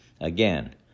Again